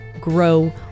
grow